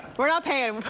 we're not paying.